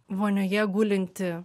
vonioje gulinti